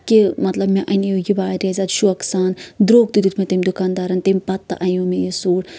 کہِ مےٚ اَنیو یہِ واریاہ زیادٕ شوقہٕ سان درٛوگ تہِ دیُت مےٚ تٔمۍ دُکان دارَن تَمہِ پَتہٕ تہِ انیو مےٚ یہِ سوٗٹ